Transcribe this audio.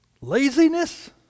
laziness